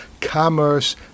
commerce